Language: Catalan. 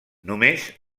només